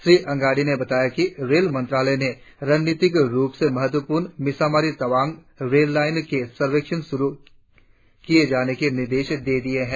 श्री अंगाडी ने बताया कि रेल मंत्रालय ने रणनितिक रुप से महत्वपूर्ण मिसामारी तवांग रेल लाईन के सर्वेक्षण शुरु किये जाने के निर्देश दे दिये है